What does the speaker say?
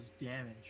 damage